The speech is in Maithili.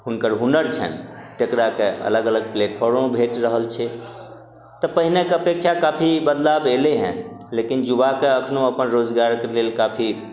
हुनकर हुनर छनि तेकराके अलग अलग प्लेटफॉर्मो भेट रहल छै तऽ पहिनेक अपेक्षा काफी बदलाव एलै हँ लेकिन युवाके एखनो अपन रोजगारके लेल काफी